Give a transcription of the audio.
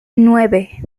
nueve